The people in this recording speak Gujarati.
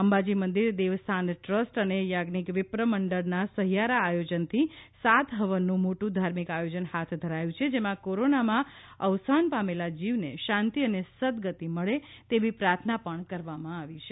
અંબાજી મંદિર દેવસ્થાન ટ્રસ્ટ અને યાજ્ઞિક વિપ્ર મંડળના સહિયારા આયોજનથી સાત હવનનું મોટું ધાર્મિક આયોજન હાથ ધરાયું છે જેમાં કોરોનામાં અવસાન પામેલા જીવને શાંતિ અને સદગતિ મળે તેવી પ્રાર્થના પણ કરવામાં આવે છે